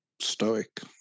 stoic